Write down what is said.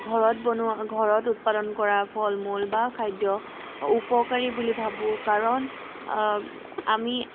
ঘৰত বনোৱা ঘৰত উৎপাদন কৰা ফল মূল বা খাদ্য উপকাৰী বুলি ভাবোঁ কাৰণ আমি